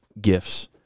gifts